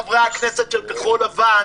חברי הכנסת של כחול לבן,